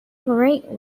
great